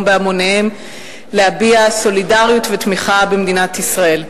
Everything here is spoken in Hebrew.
בהמוניהם להביע סולידריות ותמיכה במדינת ישראל.